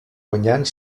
guanyant